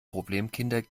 problemkinder